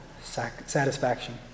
satisfaction